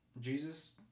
Jesus